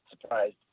surprised